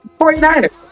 49ers